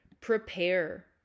prepare